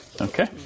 Okay